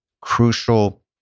crucial